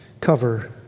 cover